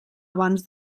abans